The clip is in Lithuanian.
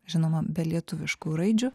žinoma be lietuviškų raidžių